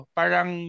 parang